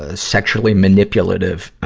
ah sexually-manipulative, ah,